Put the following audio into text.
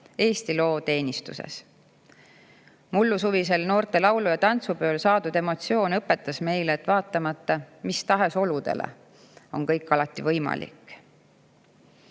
Eesti loo teenistuses. Mullusuvisel noorte laulu‑ ja tantsupeol saadud emotsioon õpetas meile, et vaatamata mis tahes oludele on kõik alati võimalik.